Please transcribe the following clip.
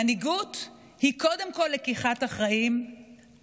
מנהיגות היא קודם כול לקיחת אחריות,